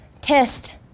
test